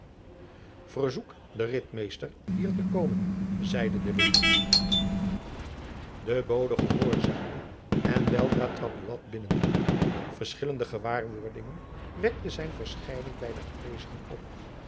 verzoek den ritmeester hier te komen zeide de witt de bode gehoorzaamde en weldra trad buat binnen verschillende gewaarwordingen wekte zijn verschijning by de aanwezigen op